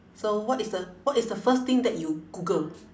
so what is the what is the first thing that you google